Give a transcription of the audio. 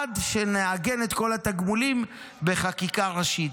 עד שנעגן את כל התגמולים בחקיקה ראשית,